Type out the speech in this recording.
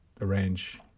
arrange